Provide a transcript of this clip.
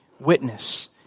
Witness